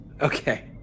okay